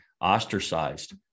ostracized